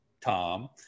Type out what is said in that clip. Tom